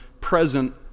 present